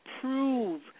prove